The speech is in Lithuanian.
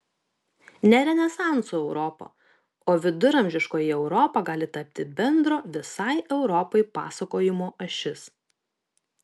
ne renesanso europa o viduramžiškoji europa gali tapti bendro visai europai pasakojimo ašis